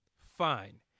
fine